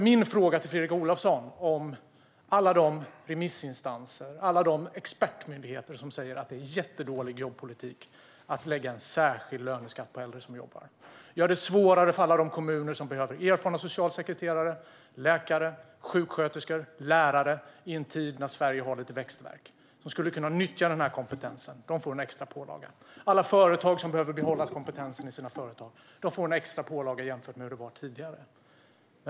Min fråga till Fredrik Olovsson handlade om alla de remissinstanser och expertmyndigheter som säger att det är jättedålig jobbpolitik att lägga en särskild löneskatt på äldre som jobbar. Det gör det svårare för alla de kommuner som behöver erfarna socialsekreterare, läkare, sjuksköterskor eller lärare i en tid när Sverige har lite växtvärk. De som skulle kunna nyttja denna kompetens får en extra pålaga. Alla företag som skulle behöva kompetensen i sina företag får en extra pålaga jämfört med hur det var tidigare.